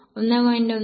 1x 1